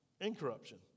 incorruption